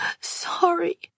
sorry